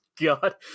god